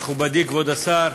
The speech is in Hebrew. מכובדי כבוד השר,